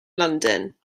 london